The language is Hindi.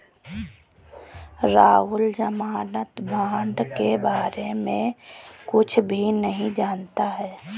राहुल ज़मानत बॉण्ड के बारे में कुछ भी नहीं जानता है